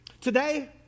today